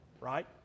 right